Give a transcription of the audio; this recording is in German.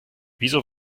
wieso